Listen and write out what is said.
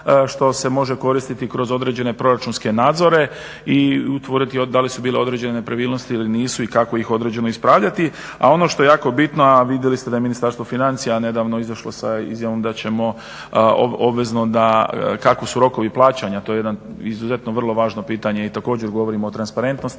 što se može koristiti kroz određene proračunske nadzore i utvrditi da li su bile određene nepravilnosti ili nisu i kako ih određeno ispravljati. A ono što je jako bitno, a vidjeli ste da je Ministarstvo financija nedavno izašlo sa izjavom da ćemo obvezno da kako su rokovi plaćanja. To je jedan izuzetno vrlo važno pitanje i također govorimo o transparentnosti,